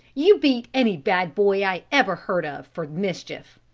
you beat any bad boy i ever heard of for mischief!